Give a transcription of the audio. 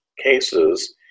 cases